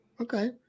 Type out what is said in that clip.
okay